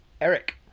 Eric